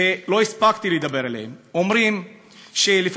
שלא הספקתי לדבר עליהם, אומרים שלפחות